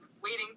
waiting